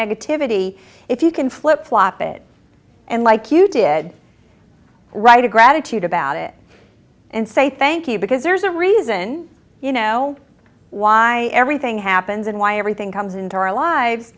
negativity if you can flip flop it and like you did write a gratitude about it and say thank you because there's a reason you know why everything happens and why everything comes into our lives